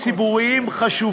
שנקרא חוק